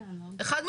אחד,